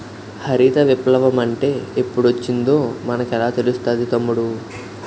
హరిత విప్లవ మంటే ఎప్పుడొచ్చిందో మనకెలా తెలుస్తాది తమ్ముడూ?